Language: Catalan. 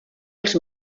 els